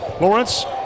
Lawrence